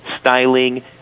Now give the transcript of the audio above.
styling